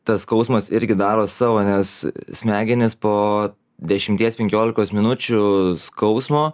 tas skausmas irgi daro savo nes smegenys po dešimties penkiolikos minučių skausmo